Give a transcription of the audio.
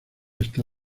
está